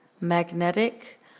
magnetic